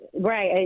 right